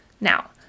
Now